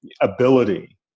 ability